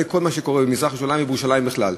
כל מה שקורה במזרח-ירושלים ובירושלים בכלל,